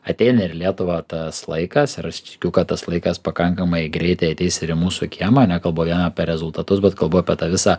ateina ir į lietuvą tas laikas ir aš tikiu kad tas laikas pakankamai greitai ateis ir į mūsų kiemą nekalbu vien apie rezultatus bet kalbu apie tą visą